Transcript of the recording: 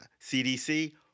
CDC